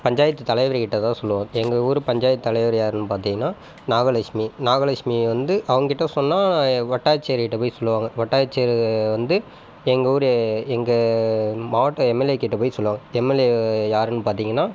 பஞ்சாயத்து தலைவருக்கிட்ட தான் சொல்லுவோம் எங்கள் ஊர் பஞ்சாயத்து தலைவர் யாருன்னு பார்த்தீங்கன்னா நாக லக்ஷ்மி நாக லக்ஷ்மி வந்து அவங்கக்கிட்ட சொன்னால் வட்டாச்சியர்கிட்டே போய் சொல்லுவாங்க வட்டாச்சியர் வந்து எங்கள் ஊர் எங்கள் மாவட்ட எம்எல்ஏ கிட்டே போய் சொல்லுவாங்க எம்எல்ஏ யாருன்னு பார்த்தீங்கன்னா